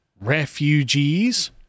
refugees